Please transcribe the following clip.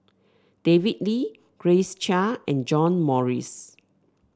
David Lee Grace Chia and John Morrice